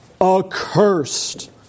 accursed